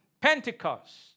Pentecost